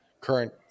current